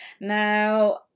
now